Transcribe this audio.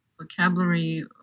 vocabulary